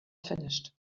finished